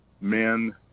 men